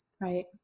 Right